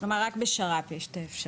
טוב.